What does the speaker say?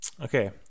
Okay